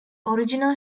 original